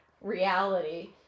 reality